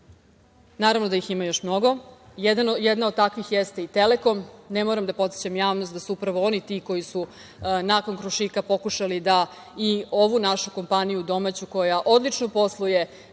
naravno da ih ima još mnogo. Jedna od takvih jeste i „Telekom“. Ne moram da podsećam javnost da su upravo oni ti koji su nakon „Krušika“ pokušali da i ovu našu kompaniju domaću, koja odlično posluje,